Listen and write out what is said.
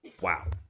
wow